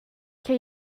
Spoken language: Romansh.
che